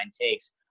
takes